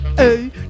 Hey